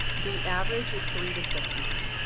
the average is three to six months.